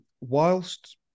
whilst